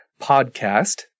podcast